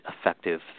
effective